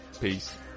Peace